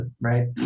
right